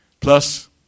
Plus